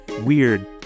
weird